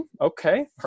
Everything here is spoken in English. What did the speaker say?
okay